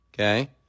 Okay